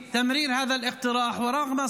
היום הנחנו על שולחן הכנסת הצעה להקמת ועדת